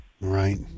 Right